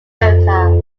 america